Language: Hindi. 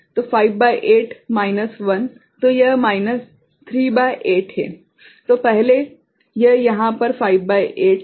तो 5 भागित 8 माइनस 1 तो यह माइनस 3 भागित 8 है तो पहले यह यहाँ पर 5 भागित 8 था